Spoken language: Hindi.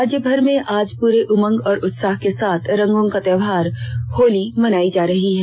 राज्यभर में आज पूरे उमंग और उत्साह के साथ रंगों का त्यौहार होली मनाई जा रही है